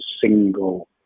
single